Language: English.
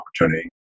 opportunity